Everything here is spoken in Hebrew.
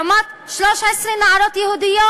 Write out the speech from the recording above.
לעומת 13 נערות יהודיות.